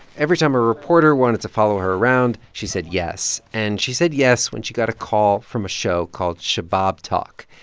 every time a reporter wanted to follow her around, she said yes. and she said yes when she got a call from a show called shabab talk.